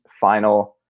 final